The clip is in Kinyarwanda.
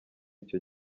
icyo